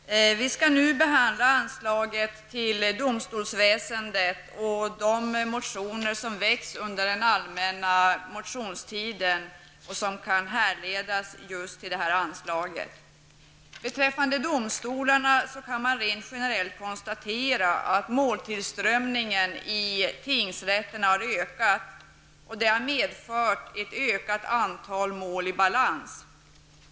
Herr talman! Vi skall nu behandla anslaget till domstolsväsendet och de motioner som väckts under den allmänna motionstiden och som kan härledas just till detta anslag. Beträffande domstolarna kan man rent generellt konstatera att måltillströmningen i tingsrätterna har ökat, och detta har medfört ett ökat antal mål i balans.